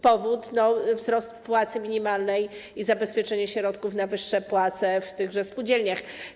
Powód to wzrost płacy minimalnej i zabezpieczenie środków na wyższe płace w tychże spółdzielniach.